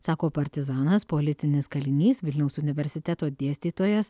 sako partizanas politinis kalinys vilniaus universiteto dėstytojas